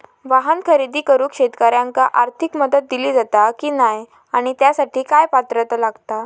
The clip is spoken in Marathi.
वाहन खरेदी करूक शेतकऱ्यांका आर्थिक मदत दिली जाता की नाय आणि त्यासाठी काय पात्रता लागता?